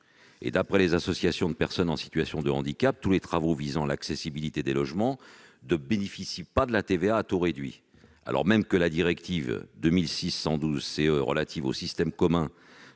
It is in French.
D'après les associations de personnes en situation de handicap, tous les travaux visant l'accessibilité des logements ne bénéficient pas d'un taux réduit de TVA, alors même que la directive 2006/112/CE relative au système commun